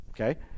okay